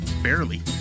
barely